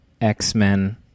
X-Men